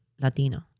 Latino